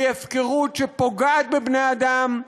היא הפקרות שפוגעת בבני-אדם,